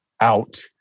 out